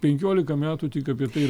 penkiolika metų tik apie tai ir